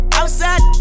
outside